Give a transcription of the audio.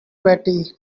betty